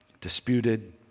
Disputed